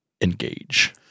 Engage